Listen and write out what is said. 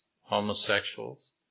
homosexuals